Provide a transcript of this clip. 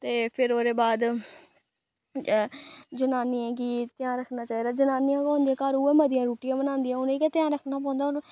ते फिर ओह्दे बाद जनानियें गी ध्यान रक्खना चाहिदा जनानियां गै होंदियां घर उ'ऐ मतियां रुट्टियां बनादियां उ'नेंगी गै ध्यान रक्खना पौंदा हून